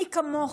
מי כמוך,